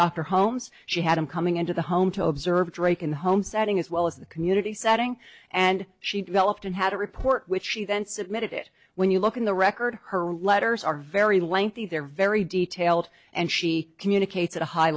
dr holmes she had him coming into the home to observe draken home setting as well as the community setting and she developed and had a report which she then submitted it when you look at the record her letters are very lengthy they're very detailed and she communicates at a high